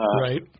right